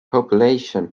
population